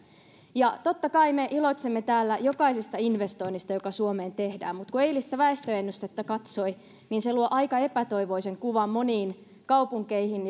ja totta kai me iloitsemme täällä jokaisesta investoinnista joka suomeen tehdään mutta kun eilistä väestöennustetta katsoi niin se luo aika epätoivoisen kuvan moniin kaupunkeihin